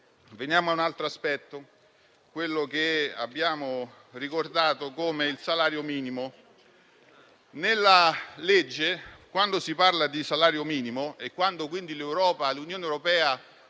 Veniamo a un altro aspetto, quello che abbiamo ricordato come il salario minimo. Nel provvedimento, quando si parla di salario minimo e quando quindi l'Unione europea